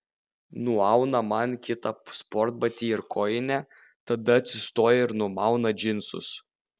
nuauna man kitą sportbatį ir kojinę tada atsistoja ir numauna džinsus